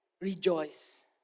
rejoice